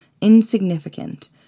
insignificant